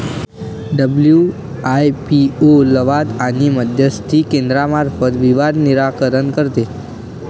WIPO लवाद आणि मध्यस्थी केंद्रामार्फत विवाद निराकरण करते